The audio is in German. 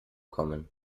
kommen